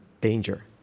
danger